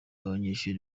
abanyeshuri